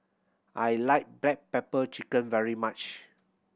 I like black pepper chicken very much